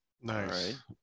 nice